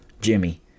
Jimmy